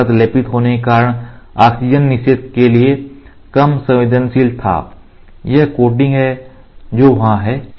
यह परत लेपित होने के बाद ऑक्सीजन निषेध के लिए कम संवेदनशील था यह कोटिंग है जो वहां है